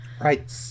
Right